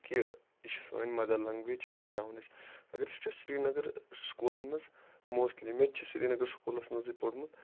کہِ یہِ چھِ سٲنٛۍ مَدَر لینٛگویج یہِ بَچاوون أسۍ اَگَر أسۍ وٕچھو سرینَگر سکوٗلَن مَنٛز موسلی مےٚ تہِ چھُ سرینَگر سکوٗلسٕے مَنٛز پوٚرمُت